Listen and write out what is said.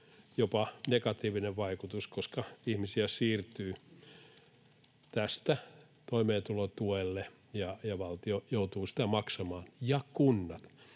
jopa negatiivinen vaikutus, koska ihmisiä siirtyy tästä toimeentulotuelle ja valtio ja kunnat joutuvat siitä maksamaan. Kunnat